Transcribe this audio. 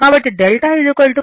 కాబట్టి 𝛅 18